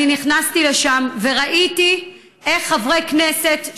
אני נכנסתי לשם וראיתי איך חברי כנסת,